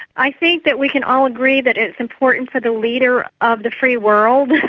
i think that we can all agree that it's important for the leader of the free world,